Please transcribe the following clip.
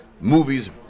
movies